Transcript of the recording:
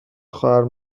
خواهر